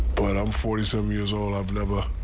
but i'm forty seven years old. i've never